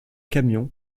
camion